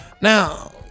Now